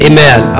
Amen